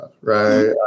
right